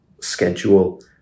schedule